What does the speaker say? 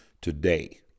today